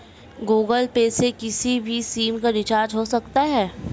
Google Pay से किसी भी सिम का रिचार्ज हो सकता है